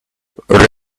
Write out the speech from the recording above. really